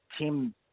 Tim